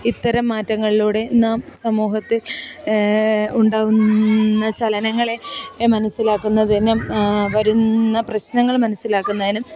ഇത്തരം മാറ്റങ്ങളിലൂടെ നാം സമൂഹത്തിൽ ഉണ്ടാകുന്ന ചലനങ്ങളെ മനസ്സിലാക്കുന്നതിനും വരുന്ന പ്രശ്നങ്ങൾ മനസ്സിലാക്കുന്നതിനും